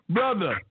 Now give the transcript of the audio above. Brother